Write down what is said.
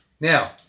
Now